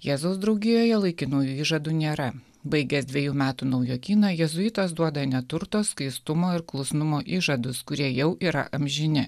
jėzaus draugijoje laikinųjų įžadų nėra baigęs dvejų metų naujokyną jėzuitas duoda neturto skaistumo ir klusnumo įžadus kurie jau yra amžini